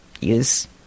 use